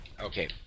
Okay